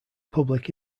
public